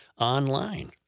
online